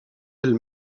elles